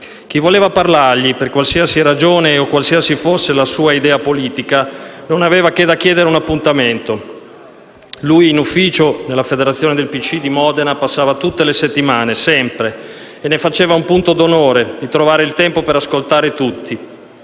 Chi voleva parlargli, per qualsiasi ragione o qualsiasi fosse la sua idea politica, non aveva che da chiedere un appuntamento. Lui in ufficio, nella federazione del PCI di Modena, passava tutte le settimane, sempre, e ne faceva un punto d'onore di trovare il tempo per ascoltare tutti.